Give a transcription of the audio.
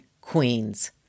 queens